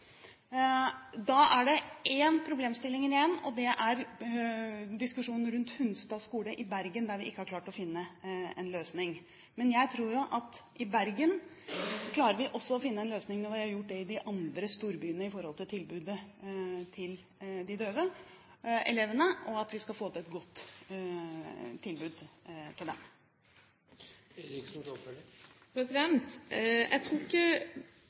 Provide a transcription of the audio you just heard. Da er det én problemstilling igjen, og det er diskusjonen rundt Hunstad skole i Bergen, der vi ikke har klart å finne en løsning. Men jeg tror jo at vi også i Bergen klarer å finne en løsning når vi har gjort det i de andre storbyene når det gjelder tilbudet til de døve elevene, og at vi skal få til et godt tilbud til dem. Jeg tror ikke